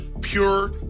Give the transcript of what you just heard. Pure